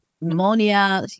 pneumonia